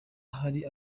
hari